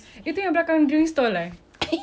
I just remembered it's behind the drink stall